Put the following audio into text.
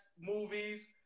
movies